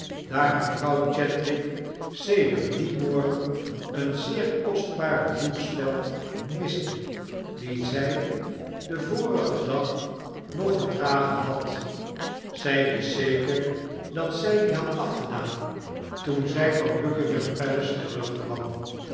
daar mevrouw chadwick sedert dien morgen eene zeer kostbare doekspeld miste die zy den vorigen dag nog gedragen had zy wist zeker dat zij die had afgedaan toen zy van buckingham palace terugkwam